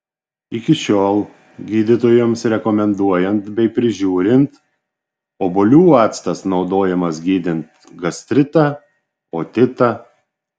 iki šiol gydytojams rekomenduojant bei prižiūrint obuolių actas naudojamas gydant gastritą otitą